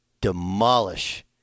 demolish